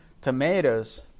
tomatoes